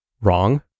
Wrong